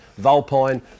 Volpine